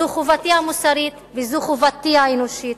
זו חובתי המוסרית, וזו חובתי האנושית.